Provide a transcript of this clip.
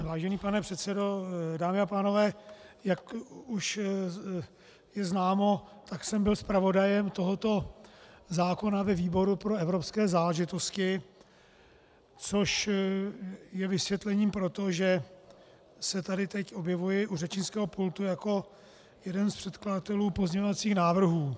Vážený pane předsedo, dámy a pánové, jak je známo, tak jsem byl zpravodajem tohoto zákona ve výboru pro evropské záležitosti, což je vysvětlením pro to, že se tady teď objevuji u řečnického pultu jako jeden z předkladatelů pozměňovacích návrhů.